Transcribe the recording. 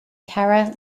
tara